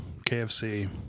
KFC